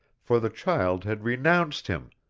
for the child had renounced him,